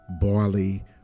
barley